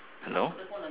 hello